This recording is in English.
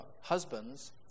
husbands